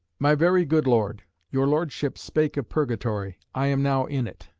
my very good lord your lordship spake of purgatory. i am now in it,